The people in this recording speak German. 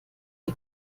der